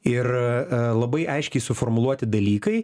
ir labai aiškiai suformuluoti dalykai